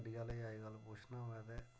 गड्डी आह्ले अज्ज्जकल पुच्छना होऐ ते